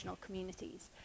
communities